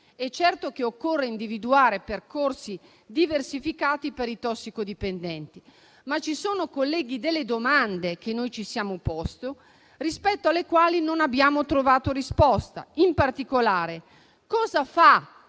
Certo che occorre individuare percorsi diversificati per i tossicodipendenti. Colleghi, vi sono, però, delle domande, che noi ci siamo poste, rispetto alle quali non abbiamo trovato risposta. In particolare, cosa